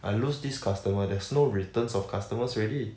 I lose this customer there's no returns of customers already